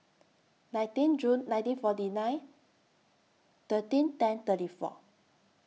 nineteen June nineteen forty nine thirteen ten thirty four